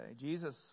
Jesus